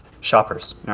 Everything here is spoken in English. shoppers